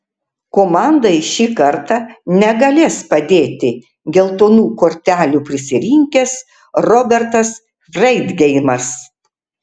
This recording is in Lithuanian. komandai šį kartą negalės padėti geltonų kortelių prisirinkęs robertas freidgeimas